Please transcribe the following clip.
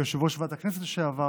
כיושב-ראש ועדת הכנסת לשעבר